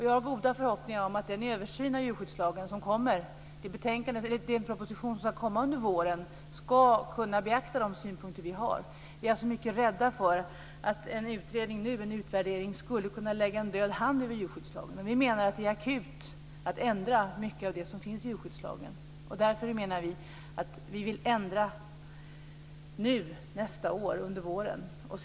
Jag har goda förhoppningar om att den proposition som ska komma till våren kommer att beakta de synpunkter vi har. Vi är alltså mycket rädda för att en utvärdering nu skulle kunna lägga en död hand över djurskyddslagen. Vi menar att en ändring av mycket av det som finns i djurskyddslagen är akut. Därför vill vi göra ändringen under våren nästa år.